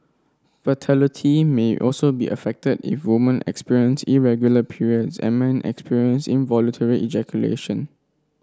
fertility may also be affected if woman experience irregular periods and men experience involuntary ejaculation